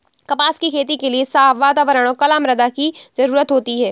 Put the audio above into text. कपास की खेती के लिए साफ़ वातावरण और कला मृदा की जरुरत होती है